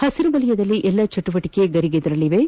ಹಸಿರು ವಲಯದಲ್ಲಿ ಎಲ್ಲ ಚಟುವಟಿಕೆಗಳು ಗರಿಗೆದರಲಿವೆ